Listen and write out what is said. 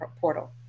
portal